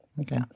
Okay